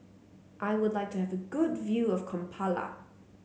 I would like to have a good view of Kampala